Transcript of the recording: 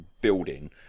building